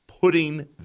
putting